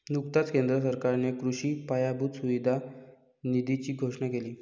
नुकताच केंद्र सरकारने कृषी पायाभूत सुविधा निधीची घोषणा केली